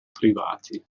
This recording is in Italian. privati